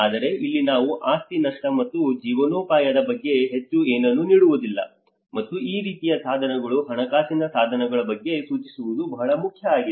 ಆದರೆ ಇಲ್ಲಿ ನಾವು ಆಸ್ತಿ ನಷ್ಟ ಮತ್ತು ಜೀವನೋಪಾಯದ ಬಗ್ಗೆ ಹೆಚ್ಚು ಏನನ್ನೂ ನೀಡುವುದಿಲ್ಲ ಮತ್ತು ಈ ರೀತಿಯ ಸಾಧನಗಳು ಹಣಕಾಸಿನ ಸಾಧನಗಳ ಬಗ್ಗೆ ಸೂಚಿಸುವುದು ಬಹಳ ಮುಖ್ಯ ಆಗಿದೆ